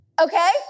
Okay